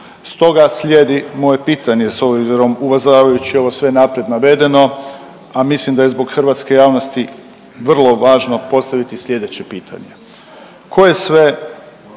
Stoga slijedi moje pitanje s obzirom uvažavajući ovo sve naprijed navedeno, a mislim da je zbog hrvatske javnosti vrlo važno postaviti slijedeće pitanje. Koje sve,